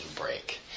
break